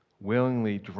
willingly